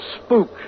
spook